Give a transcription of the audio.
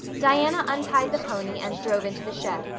diana untied the pony and drove into the shed,